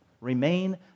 Remain